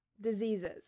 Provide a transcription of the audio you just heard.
diseases